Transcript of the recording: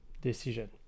decision